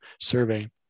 survey